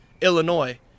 Illinois